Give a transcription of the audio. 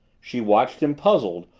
she watched him, puzzled,